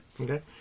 Okay